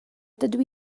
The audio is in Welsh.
dydw